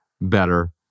better